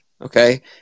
Okay